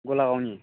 गलागावनि